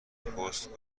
پست